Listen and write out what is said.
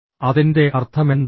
അതിൻ്റെ അർത്ഥമെന്താണ്